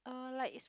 uh like